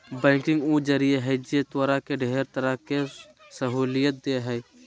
banking उ जरिया है जे तोहरा के ढेर तरह के सहूलियत देह हइ